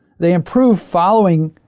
they improve following,